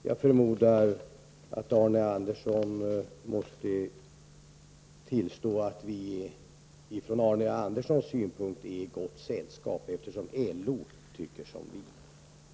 Jag förmodar att Arne Andersson måste tillstå att vi, från Arne Anderssons synpunkt, är i gott sällskap, eftersom LO tycker som vi.